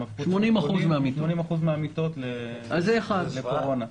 הם הפכו 80% מן המיטות למיטות קורונה.